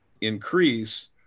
increase